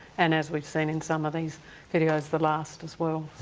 and as we've seen in some of these videos, the last as well.